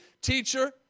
teacher